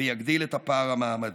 ויגדיל את הפער המעמדי.